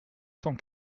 cent